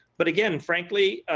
but again frankly,